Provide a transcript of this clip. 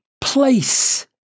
place